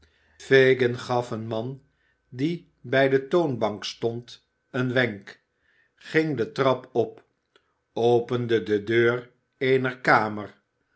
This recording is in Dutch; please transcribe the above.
fagin gaf een man die bij de toonbank stond een wenk ging de trap op opende de deur eener kamer